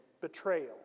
betrayal